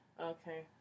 Okay